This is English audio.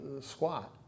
squat